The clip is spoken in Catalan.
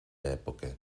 època